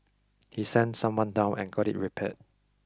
he sent someone down and got it repaired